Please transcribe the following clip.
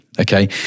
Okay